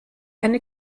eine